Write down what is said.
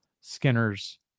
Skinner's